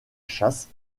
chasse